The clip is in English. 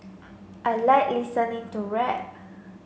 I like listening to rap